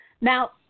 Now